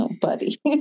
buddy